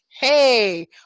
Hey